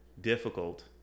difficult